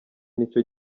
nicyo